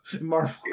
Marvel